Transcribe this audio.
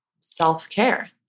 self-care